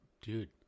Dude